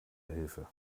hilfe